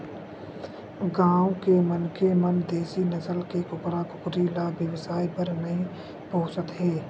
गाँव के मनखे मन देसी नसल के कुकरा कुकरी ल बेवसाय बर नइ पोसत हे